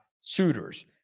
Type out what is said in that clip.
suitors